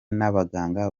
n’abaganga